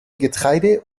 getreide